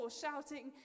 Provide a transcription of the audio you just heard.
shouting